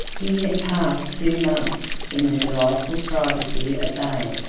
he had passed two months in the delightful privacy of baiae,